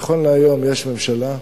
נכון להיום יש ממשלה,